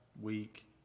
week